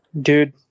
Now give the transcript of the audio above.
Dude